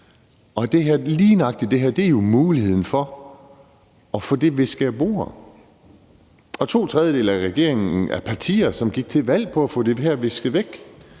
det her er jo muligheden for at få det visket væk. Og to tredjedele af regeringen er partier, som gik til valg på at få det her visket væk